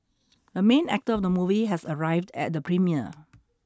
the main actor of the movie has arrived at the premiere